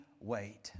wait